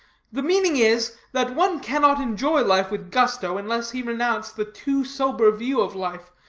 the meaning is, that one cannot enjoy life with gusto unless he renounce the too-sober view of life.